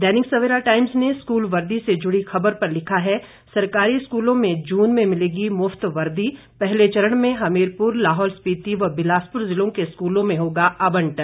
दैनिक Savera Times ने school वर्दी से जुड़ी खबर पर लिखा है सरकारी स्कूलों में जून में मिलेगी मुफत वर्दी पहले चरण में हमीरपुर लाहौल स्पीति व बिलासपुर ज़िलों के स्कूलों में होगा आबंटन